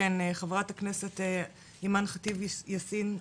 חברת הכנסת אימאן ח'טיב יאסין,